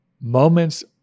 moments